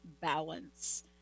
balance